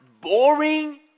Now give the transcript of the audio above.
boring